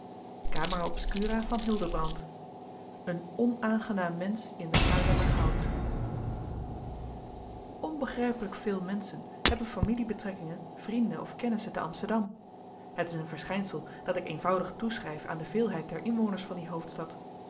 een onaangenaam mensch in den haarlemmerhout onbegrijpelijk veel menschen hebben familiebetrekkingen vrienden of kennissen te amsterdam het is een verschijnsel dat ik eenvoudig toeschrijf aan de veelheid der inwoners van die hoofdstad